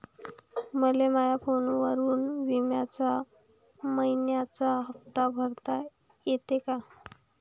मले माया फोनवरून बिम्याचा मइन्याचा हप्ता भरता येते का?